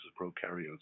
prokaryotes